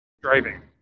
driving